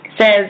says